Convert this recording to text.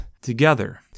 together